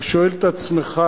אתה שואל את עצמך: